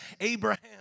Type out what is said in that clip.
Abraham